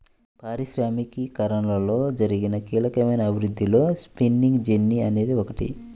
పారిశ్రామికీకరణలో జరిగిన కీలకమైన అభివృద్ధిలో స్పిన్నింగ్ జెన్నీ అనేది ఒకటి